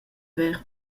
ver